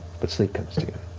but sleep comes to you.